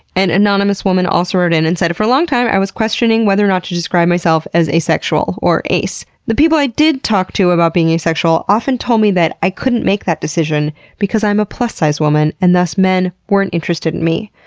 and anonymous woman also wrote in and said, for a long time i was questioning whether or not to describe myself as asexual, or ace. the people i did talk to about being asexual often told me that i couldn't make that decision because i'm a plus-size woman and thus men weren't interested in me.